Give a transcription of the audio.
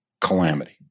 calamity